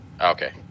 okay